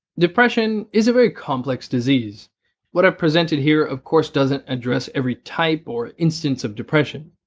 depression is a very complex disease what i've presented here of course doesn't address every type or instance of depression.